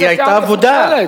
היא היתה מפוצלת.